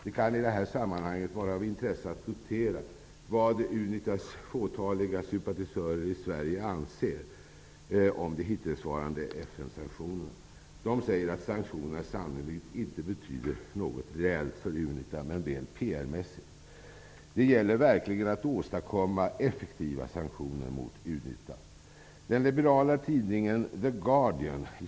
Det kan i detta sammanhang vara av intresse att notera vad Unitas fåtaliga sympatisörer i Sverige anser om de hittillsvarande FN-sanktionerna. De säger att sanktionerna sannolikt inte betyder något reellt för Unita men väl PR-mässigt. Det gäller verkligen att åstadkomma effektiva sanktioner mot Unita.